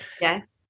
Yes